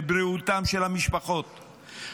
לבריאותן של המשפחות,